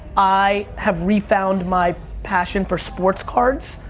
i have re-found my passion for sports cards,